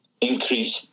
increase